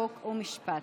חוק ומשפט.